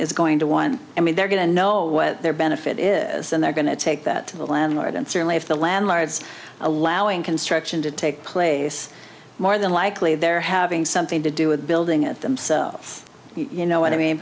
is going to want i mean they're going to know what their benefit is and they're going to take that to the landlord and certainly if the landlords allowing construction to take place more than likely they're having something to do with building it themselves you know what i mean